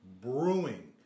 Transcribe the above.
brewing